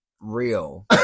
real